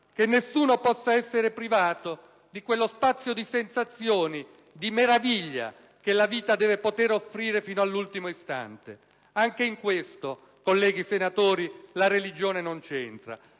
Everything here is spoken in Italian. che nessuno possa essere privato di quello spazio di sensazioni e di meraviglia che la vita deve poter offrire fino all'ultimo istante. Anche in questo, colleghi senatori, la religione non c'entra.